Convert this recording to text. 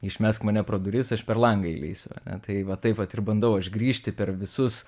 išmesk mane pro duris aš per langą įlįsiu ane tai va taip vat ir bandau aš grįžti per visus